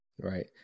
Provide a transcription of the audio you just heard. Right